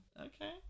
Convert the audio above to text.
Okay